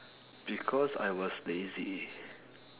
because I was lazy